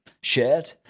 shared